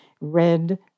red